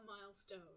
milestone